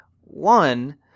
one